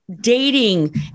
dating